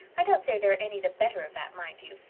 i don't say they're any the better of that, mind you.